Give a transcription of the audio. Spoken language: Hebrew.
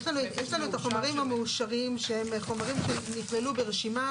יש לנו את החומרים המאושרים שהם חומרים שנכללו ברשימה